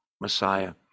Messiah